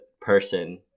person